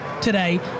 today